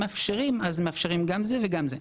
כשמאפשרים אז מאפשרים גם את זה וגם את זה.